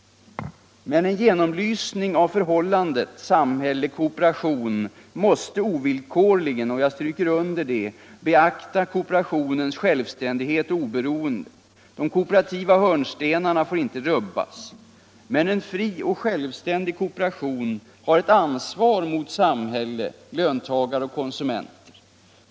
Men en genomlysning av förhållandet samhälle — kooperation måste ovillkorligen — och jag stryker under det — beakta kooperationens självständighet och oberoende. De kooperativa hörnstenarna får inte rubbas. Men en fri och självständig kooperation har ett ansvar mot samhälle, löntagare och konsumenter.